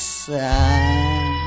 sad